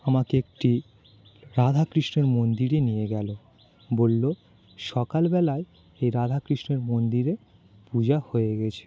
আমাকে একটি রাধাকৃষ্ণের মন্দিরে নিয়ে গেল বলল সকালবেলায় এই রাধাকৃষ্ণের মন্দিরে পূজা হয়ে গিয়েছে